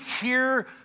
hear